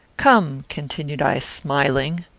come, continued i, smiling,